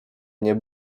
nie